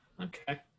Okay